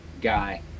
guy